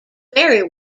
vary